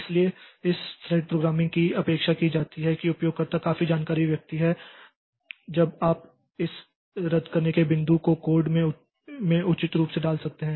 इसलिए इस thread programming की अपेक्षा की जाती है कि उपयोगकर्ता काफी जानकारी व्यक्ति है तब आप इस रद्द करने के बिंदु को कोड में उचित रूप से डाल सकते हैं